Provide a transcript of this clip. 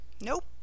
Nope